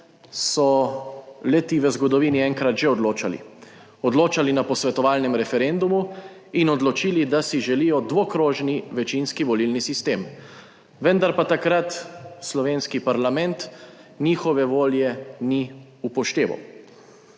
so le ti v zgodovini enkrat že odločali, odločali na posvetovalnem referendumu in odločili, da si želijo dvokrožni večinski volilni sistem, vendar pa takrat slovenski parlament njihove volje ni upošteval.